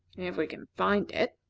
if we can find it,